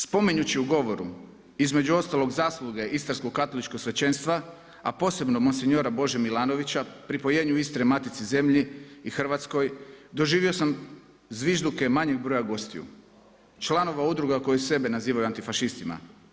Spominjući u govoru između ostalog zasluge Istarsko-katoličkog svećenstva a posebno monsinjora Bože Milanovića pripojenju Istre matici zemlji i Hrvatskoj doživio sam zvižduke manjeg broja gostiju, članova udruga koji sebe nazivaju antifašistima.